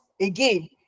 again